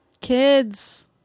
Kids